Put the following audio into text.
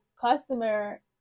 customer